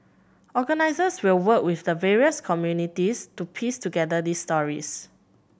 organisers will work with the various communities to piece together these stories